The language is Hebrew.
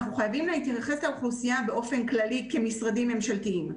אנחנו חייבים להתייחס לאוכלוסייה באופן כללי כמשרדים ממשלתיים,